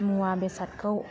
मुवा बेसादखौ